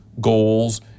goals